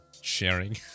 sharing